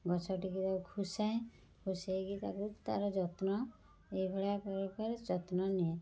ଗଛଟିକୁ ଖୋସାଏ ଖୋସେଇ କି ତାକୁ ତା'ର ଯତ୍ନ ଏହିଭଳିଆ ପ୍ରକାର ଯତ୍ନ ନିଏ